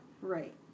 Right